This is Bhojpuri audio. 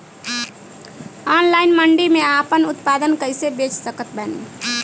ऑनलाइन मंडी मे आपन उत्पादन कैसे बेच सकत बानी?